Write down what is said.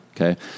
Okay